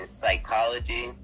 psychology